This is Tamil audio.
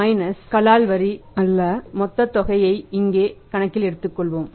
மைனஸ் கலால் வரி அல்ல மொத்த தொகையை இங்கே கணக்கில் எடுத்துக்கொள்வோம்